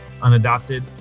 unadopted